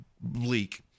bleak